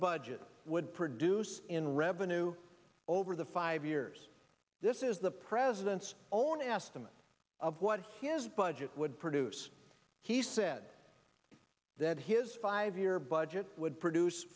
budget would produce in revenue over the five years this is the president's own estimate of what his budget would produce he said that his five year budget would produce